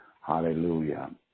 Hallelujah